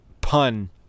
pun